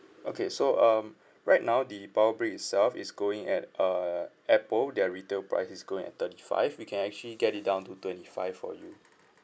okay so um right now the power brick itself is going at err Apple their retail price is going at thirty five we can actually get it down to twenty five for you